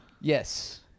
Yes